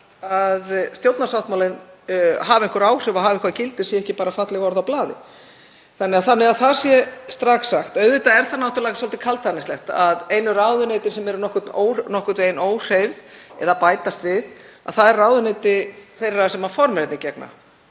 að stjórnarsáttmálinn hafi einhver áhrif og hafi eitthvert gildi en sé ekki bara falleg orð á blaði? Þannig að það sé strax sagt. Auðvitað er það svolítið kaldhæðnislegt að einu ráðuneytin sem eru nokkurn veginn óhreyfð eða sem bætist við eru ráðuneyti þeirra sem formennirnir gegna.